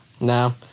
No